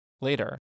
Later